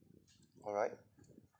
alright